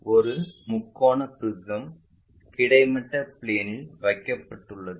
ஒரு முக்கோண ப்ரிஸம் கிடைமட்ட பிளேன்இல் வைக்கப்பட்டுள்ளது